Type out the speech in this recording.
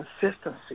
consistency